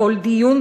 בכל דיון,